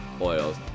oils